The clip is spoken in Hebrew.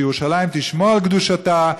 שירושלים תשמור על קדושתה,